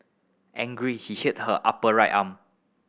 angry he hit her upper right arm